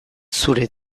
zure